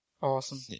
Awesome